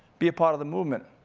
be a part of the movement.